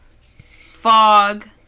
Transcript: Fog